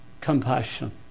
compassion